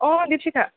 অঁ দীপশিখা